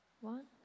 One